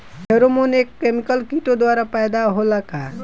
Pheromone एक chemical किटो द्वारा पैदा होला का?